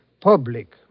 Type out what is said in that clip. public